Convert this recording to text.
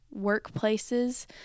workplaces